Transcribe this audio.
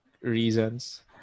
reasons